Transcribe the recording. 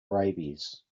rabies